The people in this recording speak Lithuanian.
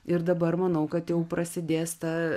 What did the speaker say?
ir dabar manau kad jau prasidės ta